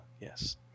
yes